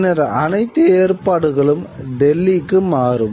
பின்னர் அனைத்து ஏற்பாடுகளும் டெல்லிக்கு மாறும்